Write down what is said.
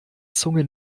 zunge